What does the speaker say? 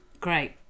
Great